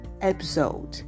episode